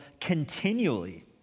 continually